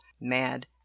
mad